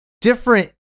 different